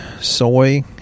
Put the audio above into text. soy